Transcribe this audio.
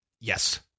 Yes